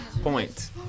point